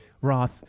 Roth